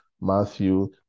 Matthew